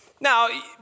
Now